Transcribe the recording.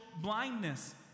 blindness